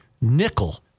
nickel